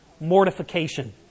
mortification